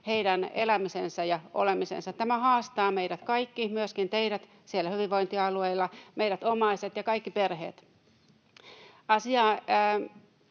heidän elämisensä ja olemisensa. Tämä haastaa meidät kaikki, myöskin teidät siellä hyvinvointialueilla, meidät omaiset ja kaikki perheet. Jos